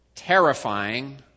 Terrifying